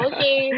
Okay